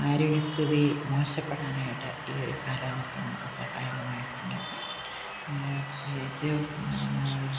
ആരോഗ്യസ്ഥിതി മോശപ്പെടാനായിട്ട് ഈ ഒരു കാലാവസ്ഥ നമുക്ക് സഹായകമായിട്ടുണ്ട് പ്രത്യേകിച്ച്